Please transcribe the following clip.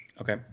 Okay